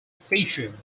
fisher